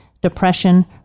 depression